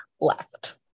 left